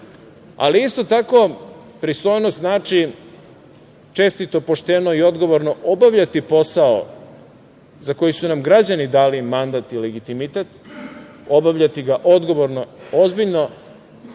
Ali, isto tako, pristojnost znači čestito, pošteno i odgovorno obavljati posao za koji su nam građani dali mandat i legitimitet, obavljati ga odgovorno, ozbiljno,